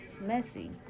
messy